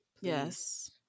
yes